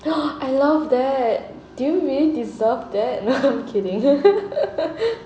I love that do you really deserve that no I'm kidding